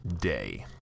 day